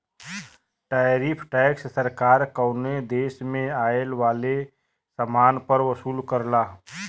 tariff tax सरकार कउनो देश में आये वाले समान पर वसूल करला